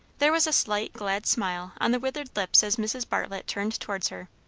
there was a slight glad smile on the withered lips as mrs. bartlett turned towards her.